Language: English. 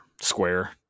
Square